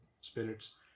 spirits